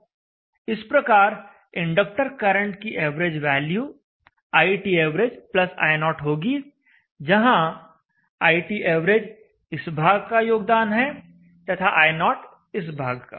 इस प्रकार inductor current की एवरेज वैल्यू iTav i0 होगी जहां iTav इस भाग का योगदान है तथा i0 इस भाग का